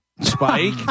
Spike